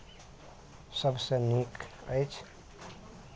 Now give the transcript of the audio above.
सभसँ नीक अछि